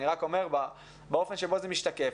אני רק אומר באופן שבו זה משתקף,